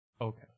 Okay